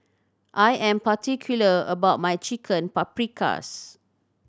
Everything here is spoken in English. I am particular about my Chicken Paprikas